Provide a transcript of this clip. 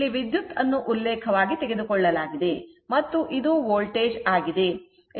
ಇಲ್ಲಿ ವಿದ್ಯುತ್ ಅನ್ನು ಉಲ್ಲೇಖವಾಗಿ ತೆಗೆದುಕೊಳ್ಳಲಾಗಿದೆ ಮತ್ತು ಇದು ವೋಲ್ಟೇಜ್ ಆಗಿದೆ